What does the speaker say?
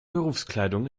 berufskleidung